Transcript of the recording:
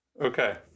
okay